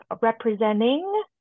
Representing